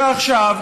ועכשיו,